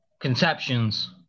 conceptions